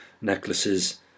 necklaces